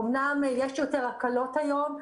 אומנם יש יותר הקלות היום,